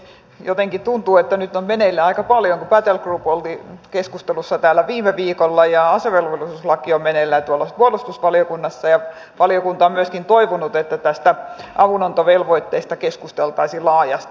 jotenkin tuntuu että nyt on meneillään aika paljon kun battlegroup oli täällä keskustelussa viime viikolla ja asevelvollisuuslaki on meneillään tuolla puolustusvaliokunnassa ja valiokunta on myöskin toivonut että tästä avunantovelvoitteesta keskusteltaisiin laajasti